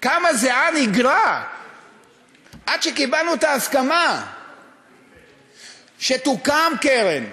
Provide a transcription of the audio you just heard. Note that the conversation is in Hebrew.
כמה זיעה ניגרה עד שקיבלנו את ההסכמה שתוקם קרן,